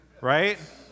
right